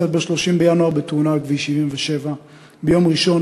ב-30 בינואר בתאונה על כביש 77. ביום ראשון,